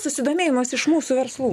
susidomėjimas iš mūsų verslų